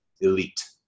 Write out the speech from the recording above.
elite